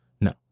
No